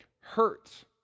hurts